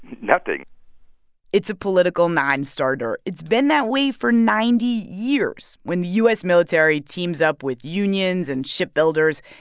nothing it's a political nonstarter. it's been that way for ninety years. when the u s. military teams up with unions and shipbuilders,